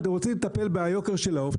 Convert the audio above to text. אתם רוצים לטפל ביוקר של העוף?